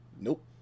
Nope